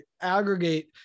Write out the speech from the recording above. aggregate